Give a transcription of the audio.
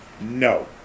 No